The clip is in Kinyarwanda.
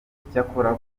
icyakora